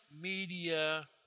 media